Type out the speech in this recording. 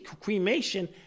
Cremation